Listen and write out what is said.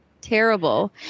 Terrible